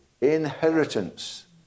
inheritance